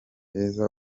heza